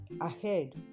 Ahead